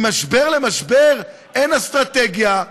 ממשבר למשבר אין אסטרטגיה,